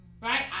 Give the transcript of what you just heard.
Right